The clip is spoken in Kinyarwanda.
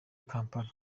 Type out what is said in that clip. kampala